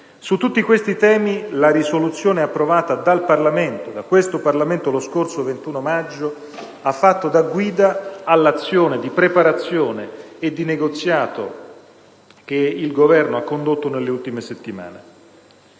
Su tutti questi temi la risoluzione approvata dal Parlamento, da questo Parlamento, lo scorso 21 maggio, ha fatto da guida all'azione di preparazione e di negoziato che il Governo ha condotto nelle ultime settimane.